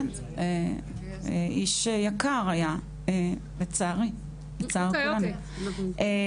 כן, איש יקר היה, לצערי, לצער כולנו.